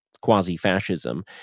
quasi-fascism